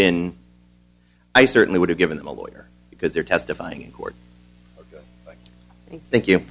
been i certainly would have given them a lawyer because they're testifying in court thank you